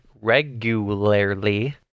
regularly